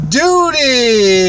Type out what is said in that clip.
duty